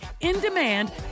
in-demand